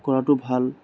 কৰাটো ভাল